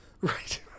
Right